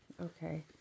Okay